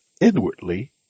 inwardly